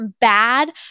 bad